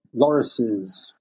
lorises